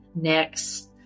next